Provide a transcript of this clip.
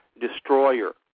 destroyer